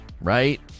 right